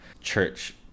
church